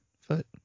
foot